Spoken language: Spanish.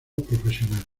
profesional